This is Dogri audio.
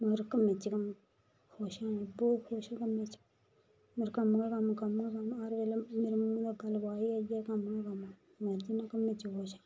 मगर कम्मै च गै खुश आं बहुत खुश आं कम्म च मगर कम्म गै कम्म हर बेल्लै मेरा कम्म गै कम्म मेरे मुहें उप्पर ऐ गै कम्म गै कम्म में कम्मै च खुश आं